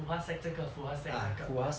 fu hua sec 这个 fu hua sec 那个